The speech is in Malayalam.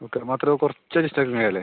ഓക്കെ മാത്രം കുറച്ച് അല്ലേ